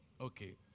Okay